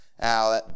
Now